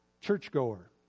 churchgoer